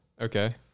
okay